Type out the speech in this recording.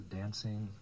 dancing